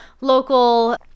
local